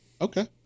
Okay